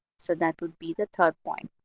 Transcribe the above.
so that would be the third point.